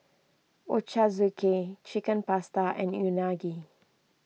Ochazuke Chicken Pasta and Unagi